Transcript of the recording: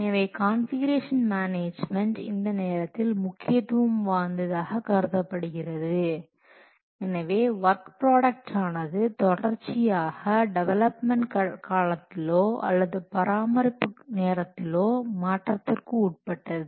எனவே configuration management இந்த நேரத்தில் முக்கியத்துவம் வாய்ந்ததாக கருதப்படுகிறது எனவே ஒர்க் ப்ராடக்ட் ஆனது தொடர்ச்சியாக டெவலப்மென்ட் காலத்திலோ அல்லது பராமரிப்பு நேரத்திலோ மாற்றத்துக்கு உட்பட்டது